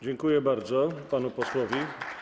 Dziękuję bardzo panu posłowi.